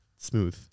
Smooth